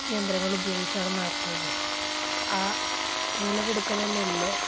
യന്ത്രങ്ങൾ ഉപയോഗിച്ചാണ് നടത്തുന്നത് ആ വിളവെടുക്കുന്ന നെല്ല്